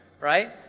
right